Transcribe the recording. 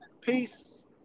peace